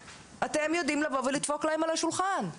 ואתם יודעים לבוא ולדפוק להם על השולחן?